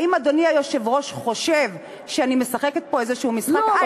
האם אדוני היושב-ראש חושב שאני משחקת פה איזה משחק?